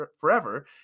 forever